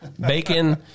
Bacon